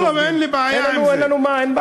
אין לנו מה להסתיר.